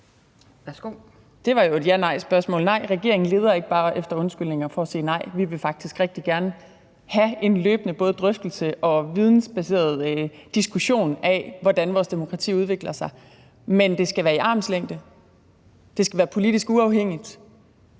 Det var jo et ja-/nejspørgsmål. Nej, regeringen leder ikke bare efter undskyldninger for at sige nej. Vi vil faktisk rigtig gerne have en løbende drøftelse og vidensbaseret diskussion af, hvordan vores demokrati udvikler sig, men det skal være med armslængde. Det skal være politisk uafhængigt,